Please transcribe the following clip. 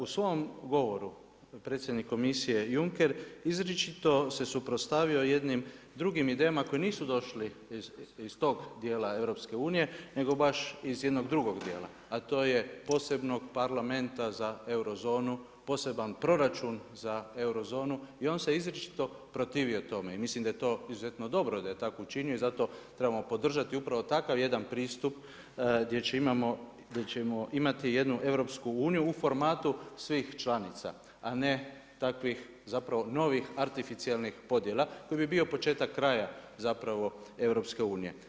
U svom govoru predsjednik Komisije Juncker izričito se suprotstavio jednim drugim idejama koje nisu došli iz tog dijela EU nego baš iz jednog drugog dijela, a to je posebnog parlamenta za eurozonu, poseban proračun za eurozonu i on se izričito protivio tome i mislim da je to izuzetno dobro da je tako učinio i zato trebamo podržati upravo takav jedan pristup gdje ćemo imati jednu EU u formatu svih članica, a ne takvih novih artificijelnih podjela koji bi bio početak kraja EU.